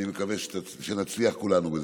אני מקווה שנצליח כולנו בזה.